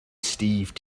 steve